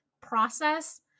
process